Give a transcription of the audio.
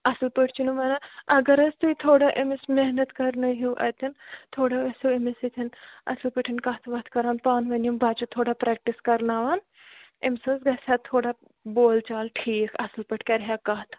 اَصٕل پٲٹھۍ چھُنہٕ وَنان اگر حظ تُہۍ تھوڑا أمِس محنت کرنٲہِو اَتٮ۪ن تھوڑا ٲسہِو أمِس سۭتۍ اصٕل پٲٹھۍ کَتھ وَتھ کَران پانہٕ ؤنۍ یِم بچہٕ تھوڑا پرٮ۪کٹِس کرناوان أمِس حظ گَژھِ ہا تھوڑا بول چال ٹھیٖک اصٕل پٲٹھۍ کرِ ہا کَتھ